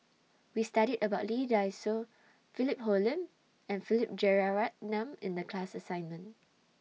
We studied about Lee Dai Soh Philip Hoalim and Philip Jeyaretnam in The class assignment